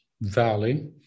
valley